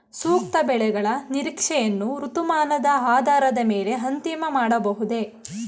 ಸೂಕ್ತ ಬೆಳೆಗಳ ನಿರೀಕ್ಷೆಯನ್ನು ಋತುಮಾನದ ಆಧಾರದ ಮೇಲೆ ಅಂತಿಮ ಮಾಡಬಹುದೇ?